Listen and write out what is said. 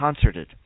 concerted